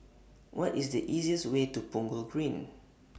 What IS The easiest Way to Punggol Green